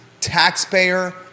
taxpayer